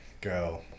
go